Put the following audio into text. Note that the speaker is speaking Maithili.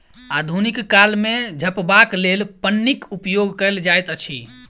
आधुनिक काल मे झपबाक लेल पन्नीक उपयोग कयल जाइत अछि